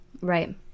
Right